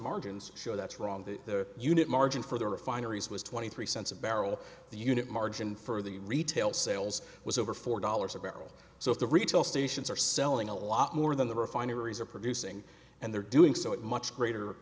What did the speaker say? margins show that's wrong the unit margin for the refineries was twenty three cents a barrel the unit margin for the retail sales was over four dollars a barrel so if the retail stations are selling a lot more than the refineries are producing and they're doing so at much greater